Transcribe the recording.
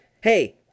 hey